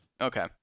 Okay